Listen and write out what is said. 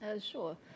Sure